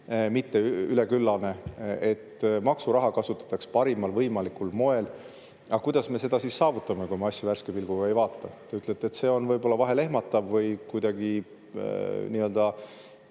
mitte üleküllane, et maksuraha kasutataks parimal võimalikul moel. Aga kuidas me seda siis saavutame, kui me asju värske pilguga ei vaata? Te ütlete, et see on vahel ehmatav või kuidagi keeruline.